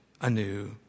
anew